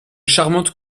charmante